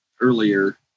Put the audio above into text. earlier